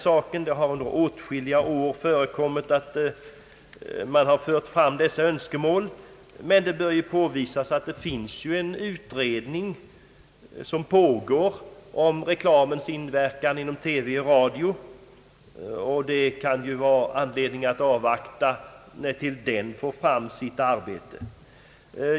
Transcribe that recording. Man har under åtskilliga år fört fram detta önskemål, men det bör påpekas att det pågår en utredning om reklamens inverkan inom TV och radio, och det kan vara anledning att avvakta resultatet av utredningens arbete.